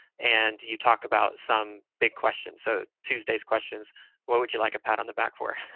and you talk about some big questions. so tuesday's questions what would you like a pat on the back for?